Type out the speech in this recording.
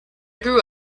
grew